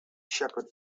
shepherd